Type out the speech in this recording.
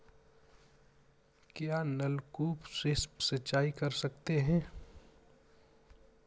क्या नलकूप से सिंचाई कर सकते हैं?